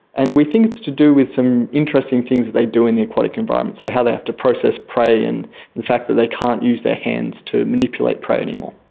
and we think it's to do with some interesting things that they do in the aquatic environment, so how they have to process prey and the fact that they can't use their hands to manipulate prey anymore.